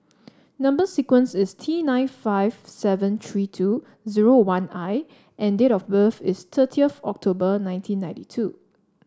number sequence is T nine five seven three two zero one I and date of birth is thirty of October nineteen ninety two